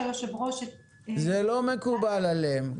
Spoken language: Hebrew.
זה לא מקובל עליהם.